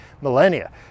millennia